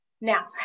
now